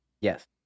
Yes